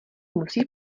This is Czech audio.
musí